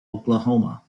oklahoma